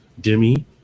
demi